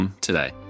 today